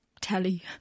telly